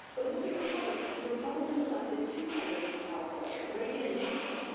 but look at republicans. republicans elected two presidents from california, reagan and nixon,